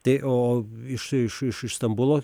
tai o iš iš iš iš stambulo